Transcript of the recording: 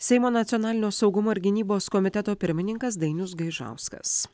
seimo nacionalinio saugumo ir gynybos komiteto pirmininkas dainius gaižauskas